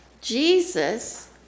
Jesus